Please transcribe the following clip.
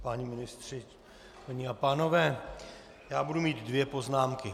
Páni ministři, paní a pánové, já budu mít dvě poznámky.